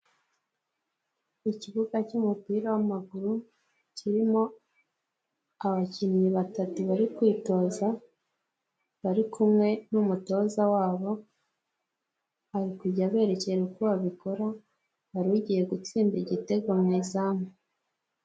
Ikibuga cy'umupira w'amaguru kirimo abakinnyi batatu bari kwitoza, bari kumwe n'umutoza wabo, ari kujya aberekera uko babikora, hari ugiye gutsinda igitego mu izamu.